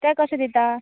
ते कशें दिता